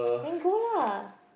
then go lah